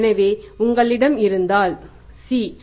எனவே உங்களிடம் C இருந்தால் 11